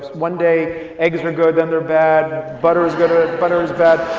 one day eggs are good, then they're bad. butter is good, ah butter is bad.